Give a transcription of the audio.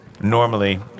normally